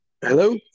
Hello